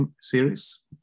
series